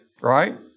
Right